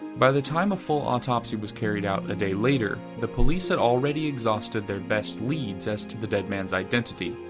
by the time a full autopsy was carried out a day later, the police had already exhausted their best leads as to the dead man's identity,